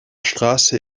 straße